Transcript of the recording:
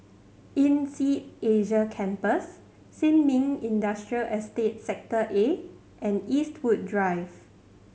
INSEAD Asia Campus Sin Ming Industrial Estate Sector A and Eastwood Drive